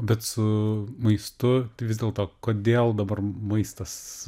bet su maistu vis dėlto kodėl dabar maistas